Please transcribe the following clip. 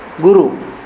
guru